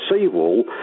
seawall